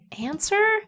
answer